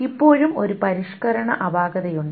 ഇപ്പോഴും ഒരു പരിഷ്കരണ അപാകതയുണ്ട്